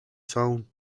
tone